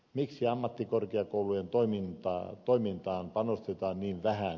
miksi ammattikorkeakoulujen toimintaan panostetaan niin vähän